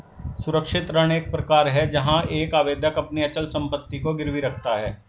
सुरक्षित ऋण एक प्रकार है जहां एक आवेदक अपनी अचल संपत्ति को गिरवी रखता है